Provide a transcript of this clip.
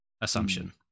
assumption